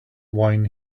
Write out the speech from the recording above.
wine